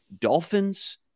Dolphins